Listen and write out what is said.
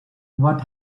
what